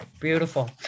beautiful